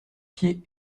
pieds